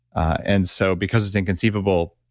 and so, because it's inconceivable,